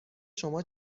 شما